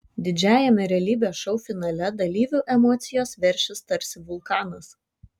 didžiajame realybės šou finale dalyvių emocijos veršis tarsi vulkanas